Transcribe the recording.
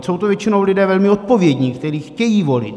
Jsou to většinou lidé velmi odpovědní, kteří chtějí volit.